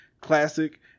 classic